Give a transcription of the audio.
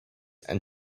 and